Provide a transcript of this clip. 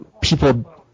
people –